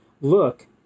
look